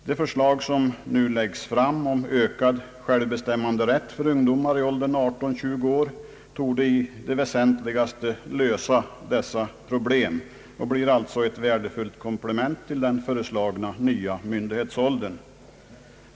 Det förslag som nu framläggs om ökad självbestämmanderätt för ungdomar i 18—20-årsåldern torde i det väsentligaste lösa dessa problem och blir alltså ett värdefullt komplement till den föreslagna nya myndighetsåldern.